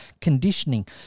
conditioning